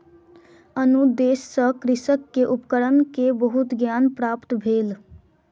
अनुदेश सॅ कृषक के उपकरण के बहुत ज्ञान प्राप्त भेल